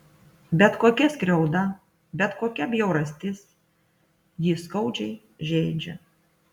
bet kokia skriauda bet kokia bjaurastis jį skaudžiai žeidžia